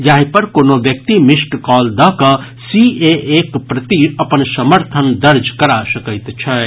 जाहि पर कोनो व्यक्ति मिस्ड कॉल दऽकऽ सीएएक प्रति अपन समर्थन दर्ज करा सकैत छथि